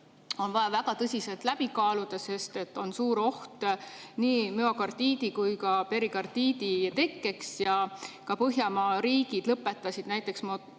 väga tõsiselt läbi kaaluda, sest on suur oht nii müokardiidi kui ka perikardiidi tekkeks. Ka Põhjamaad lõpetasid näiteks